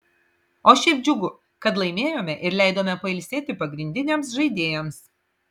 o šiaip džiugu kad laimėjome ir leidome pailsėti pagrindiniams žaidėjams